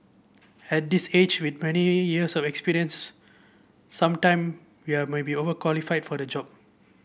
at this age with many years of experience some time we are maybe overqualified for the job